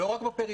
לא רק בפריפריה,